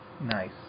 Nice